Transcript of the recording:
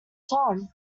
tom